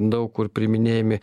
daug kur priiminėjami